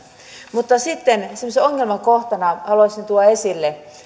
mutta sitten semmoisena ongelmakohtana haluaisin tuoda esille